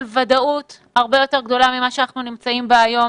ודאות הרבה יותר גדולה ממה שאנחנו נמצאים בה היום.